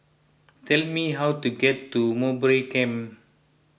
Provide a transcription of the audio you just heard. tell me how to get to Mowbray Camp